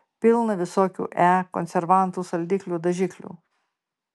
pilna visokių e konservantų saldiklių dažiklių